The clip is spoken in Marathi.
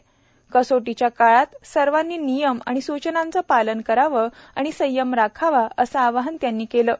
या कसोटीच्या काळात सर्वांनी नियम आणि सूचनांचं पालन करावं आणि संयम राखावा असं आवाहन त्यांनी केलं आहे